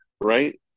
right